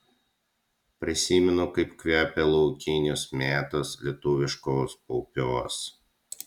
prisimenu kaip kvepia laukinės mėtos lietuviškuos paupiuos